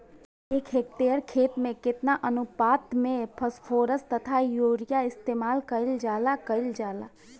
एक हेक्टयर खेत में केतना अनुपात में फासफोरस तथा यूरीया इस्तेमाल कईल जाला कईल जाला?